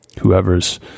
whoever's